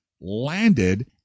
landed